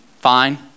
fine